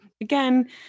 again